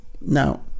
Now